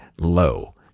low